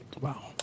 Wow